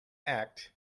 act